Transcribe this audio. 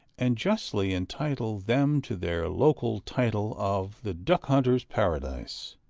and justly entitle them to their local title of the duck-hunters' paradise.